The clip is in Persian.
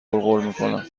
غرغرمیکنم